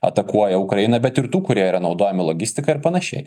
atakuoja ukrainą bet ir tų kurie yra naudojami logistikai ir panašiai